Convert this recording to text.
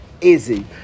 Easy